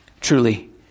truly